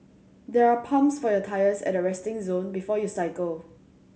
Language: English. there are pumps for your tyres at the resting zone before you cycle